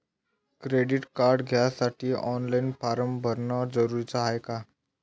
Credit card घ्यासाठी online form भरन जरुरीच हाय का?